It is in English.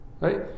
right